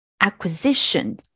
acquisition